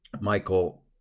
Michael